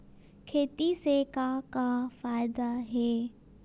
खेती से का का फ़ायदा हे?